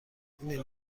این